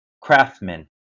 craftsmen